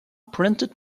printed